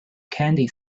candy